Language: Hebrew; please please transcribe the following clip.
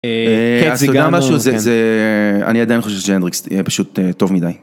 אני עדיין חושב שהאנדריקס יהיה פשוט טוב מדי.